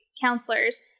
counselors